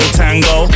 tango